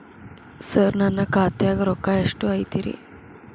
ಸರ ನನ್ನ ಖಾತ್ಯಾಗ ರೊಕ್ಕ ಎಷ್ಟು ಐತಿರಿ?